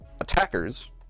Attackers